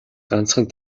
ганцхан